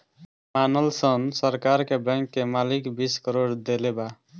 मानल सन सरकार के बैंक के मालिक बीस करोड़ देले बा